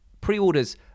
Pre-orders